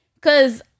cause